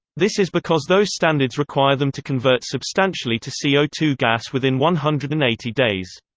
this is because those standards require them to convert substantially to c o two gas within one hundred and eighty days.